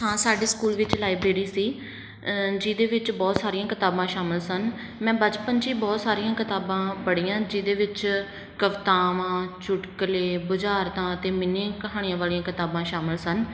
ਹਾਂ ਸਾਡੇ ਸਕੂਲ ਵਿੱਚ ਲਾਈਬ੍ਰੇਰੀ ਸੀ ਜਿਹਦੇ ਵਿੱਚ ਬਹੁਤ ਸਾਰੀਆਂ ਕਿਤਾਬਾਂ ਸ਼ਾਮਿਲ ਸਨ ਮੈਂ ਬਚਪਨ 'ਚ ਹੀ ਬਹੁਤ ਸਾਰੀਆਂ ਕਿਤਾਬਾਂ ਪੜ੍ਹੀਆਂ ਜਿਹਦੇ ਵਿੱਚ ਕਵਿਤਾਵਾਂ ਚੁਟਕਲੇ ਬੁਝਾਰਤਾਂ ਅਤੇ ਮਿੰਨੀ ਕਹਾਣੀਆਂ ਵਾਲੀਆਂ ਕਿਤਾਬਾਂ ਸ਼ਾਮਿਲ ਸਨ